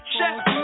Chef